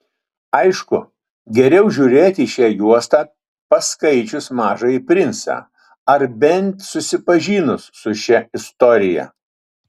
aišku geriau žiūrėti šią juostą paskaičius mažąjį princą ar bent susipažinus su šia istorija